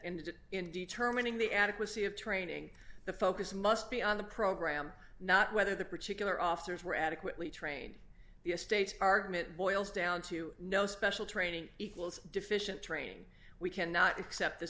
ended in determining the adequacy of training the focus must be on the program not whether the particular officers were adequately trained the state's argument boils down to no special training equals deficient training we cannot accept this